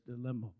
dilemma